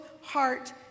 heart